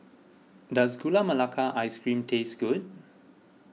does Gula Melaka Ice Cream taste good